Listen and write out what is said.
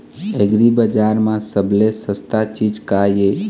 एग्रीबजार म सबले सस्ता चीज का ये?